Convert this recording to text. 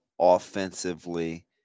offensively